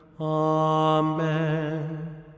Amen